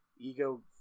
ego